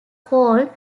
called